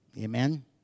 Amen